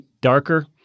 darker